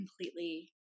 completely